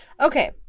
okay